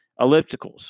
ellipticals